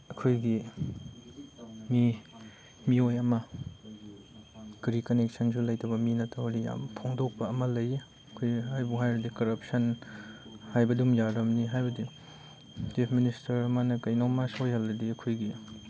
ꯑꯩꯈꯣꯏꯒꯤ ꯃꯤ ꯃꯤꯑꯣꯏ ꯑꯃ ꯀꯔꯤ ꯀꯅꯦꯛꯁꯟꯁꯨ ꯂꯩꯇꯕ ꯃꯤꯅ ꯇꯧꯔꯗꯤ ꯌꯥꯝ ꯐꯣꯡꯗꯣꯛꯄ ꯑꯃ ꯂꯩꯌꯦ ꯑꯩꯈꯣꯏꯅ ꯍꯥꯏꯕꯨ ꯍꯥꯏꯔꯗꯤ ꯀꯔꯞꯁꯟ ꯍꯥꯏꯕꯗꯨꯝ ꯌꯥꯔꯝꯅꯤ ꯍꯥꯏꯕꯗꯤ ꯆꯤꯞ ꯃꯤꯅꯤꯁꯇꯔ ꯑꯃꯅ ꯀꯩꯅꯣꯝꯃ ꯁꯣꯏꯍꯜꯂꯗꯤ ꯑꯩꯈꯣꯏꯒꯤ